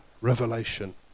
revelation